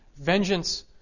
Vengeance